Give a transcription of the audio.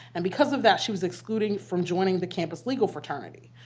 and because of that, she was excluded from joining the campus legal fraternity.